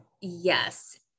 Yes